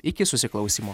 iki susiklausymo